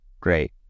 great